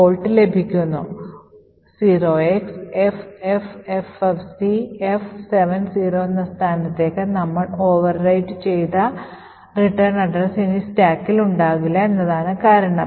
0xffffcf70 എന്ന സ്ഥാനത്തേക്ക് നമ്മൾ ഓവർറൈറ്റ് ചെയ്ത റിട്ടേൺ അഡ്രസ് ഇനി സ്റ്റാക്കിൽ ഉണ്ടാകില്ല എന്നതാണ് കാരണം